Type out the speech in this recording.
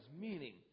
meaning